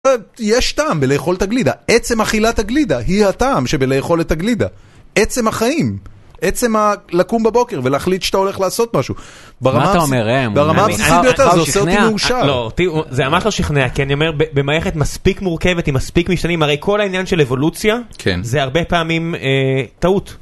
יש טעם בלאכול את הגלידה, עצם אכילת הגלידה היא הטעם שבלאכול את הגלידה, עצם החיים, עצם ה-לקום בבוקר ולהחליט שאתה הולך לעשות משהו, ברמה הבסיסית ביותר זה עושה אותי מאושר. אותי זה ממש לא שיכנע, כי אני אומר במערכת מספיק מורכבת, עם מספיק משתנים הרי כל העניין של אבולוציה זה הרבה פעמים טעות.